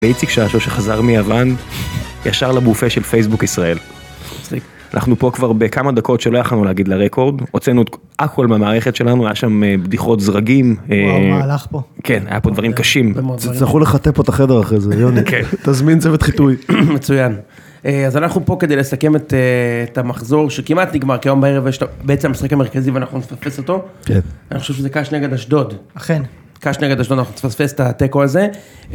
ואיציק שאשו, שחזר מיוון ישר לבופה של פייסבוק ישראל. אנחנו פה כבר בכמה דקות שלא יכולנו להגיד לרקורד הוצאנו את הכל במערכת שלנו היה שם בדיחות זרגים. - וואו, מה הלך פה. כן, היה פה דברים קשים. - תצטרכו לחטא פה את החדר אחרי זה, יוני, תזמין צוות חיטוי. מצוין. אז אנחנו פה כדי לסכם את המחזור שכמעט נגמר, כי היום בערב יש בעצם משחק המרכזי ואנחנו נפספס אותו, אני חושב שזה ק"ש נגד אשדוד. אכן. ק"ש נגד אשדוד, אנחנו נפספס את התיקו הזה.